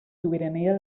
sobirania